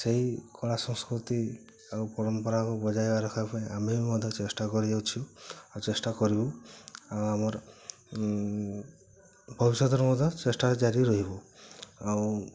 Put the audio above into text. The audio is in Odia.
ସେଇ କଳାସଂସ୍କୃତି ଆଉ ପରମ୍ପରାକୁ ବଜାୟ ରଖିବା ପାଇଁ ଆମେ ବି ମଧ୍ୟ ଚେଷ୍ଟା କରିଅଛୁ ଆଉ ଚେଷ୍ଟା କରିବୁ ଆଉ ଆମର ଭବିଷ୍ୟତରେ ମଧ୍ୟ ଚେଷ୍ଟା ଜାରି ରହିବ ଆଉ